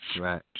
Right